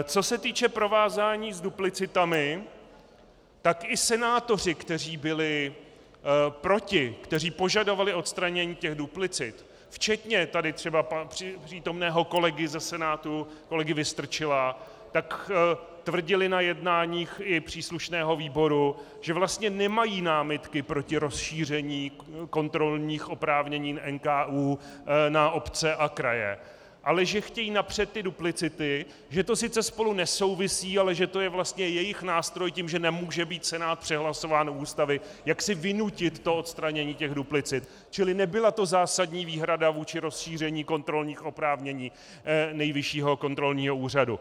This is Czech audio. Co se týče provázání s duplicitami, tak i senátoři, kteří byli proti, kteří požadovali odstranění duplicit, včetně tady přítomného kolegy Vystrčila ze Senátu, tak tvrdili i na jednáních příslušného výboru, že vlastně nemají námitky proti rozšíření kontrolních oprávnění NKÚ na obce a kraje, ale že chtějí napřed ty duplicity, že to sice spolu nesouvisí, ale že to je vlastně jejich nástroj tím, že nemůže být Senát přehlasován u Ústavy, jak si vynutit odstranění těch duplicit, čili nebyla to zásadní výhrada vůči rozšíření kontrolních oprávnění Nejvyššího kontrolního úřadu.